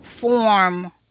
form